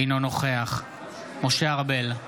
אינו נוכח משה ארבל,